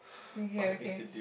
okay okay